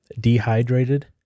dehydrated